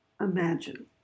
imagine